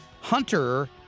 Hunter